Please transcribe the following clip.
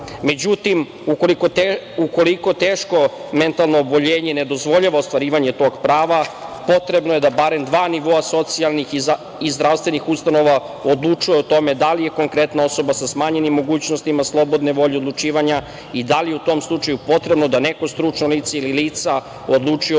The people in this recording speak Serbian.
Međutim, ukoliko teško mentalno oboljenje ne dozvoljava ostvarivanje tog prava, potrebno je da barem dva nivo socijalnih i zdravstvenih ustanova odlučuje o tome da li je konkretna osoba sa smanjenim mogućnostima slobodne volje odlučivanja i da li u tom slučaju potrebno da neko stručno lice ili lica odlučuju o najboljim